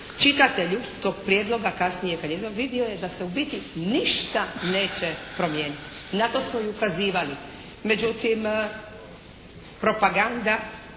čitatelju tog prijedloga kasnije … /Govornica se ne razumije./ … vidio je da se u biti ništa neće promijeniti. Na to smo i ukazivali. Međutim propaganda